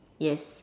yes